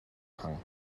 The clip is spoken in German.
hang